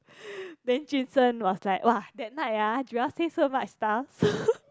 then jun sheng was like !wah! that night <[ah] Joel say so much stuff